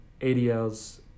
ADLs